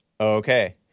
Okay